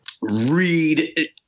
read